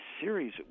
series